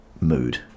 Mood